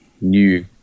new